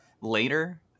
later